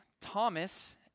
Thomas